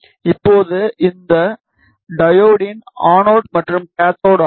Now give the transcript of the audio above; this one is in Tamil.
இப்போது இது இந்த டையோட்டின் அனோட் மற்றும் கேத்தோடு ஆகும்